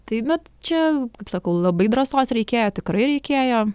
tai bet čia kaip sakau labai drąsos reikėjo tikrai reikėjo